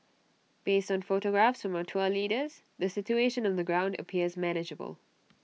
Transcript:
based on photographs from our tour leaders the situation on the ground appears manageable